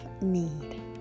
need